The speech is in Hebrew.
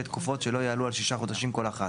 תקופות שלא יעלו על שישה חודשים כל אחת,